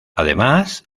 además